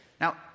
Now